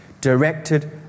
directed